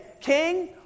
King